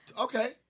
Okay